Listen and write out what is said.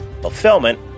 fulfillment